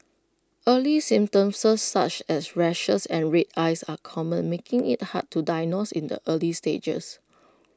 early symptoms as such as rashes and red eyes are common making IT hard to diagnose in the early stages